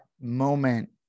moment